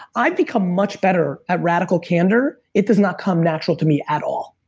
i've become much better at radical candor. it does not come natural to me at all